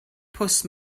pws